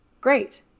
great